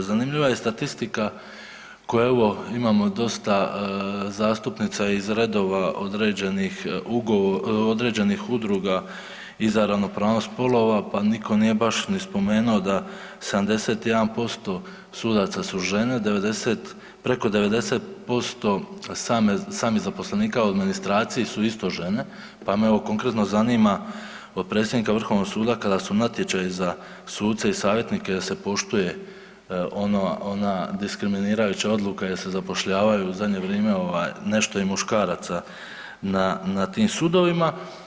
Zanimljiva je i statistika koja evo imamo dosta zastupnica iz redova određenih udruga i za ravnopravnost spolova pa nitko nije baš ni spomenuo da 71% sudaca su žene, preko 90% samih zaposlenika u administraciji su isto žene, pa me evo konkretno zanima od predsjednika Vrhovnog suda kada su natječaji za suce i savjetnike jel se poštuje ona, ona diskriminirajuća odluka jel se zapošljavaju u zadnje vrime ovaj nešto i muškaraca na, na tim sudovima.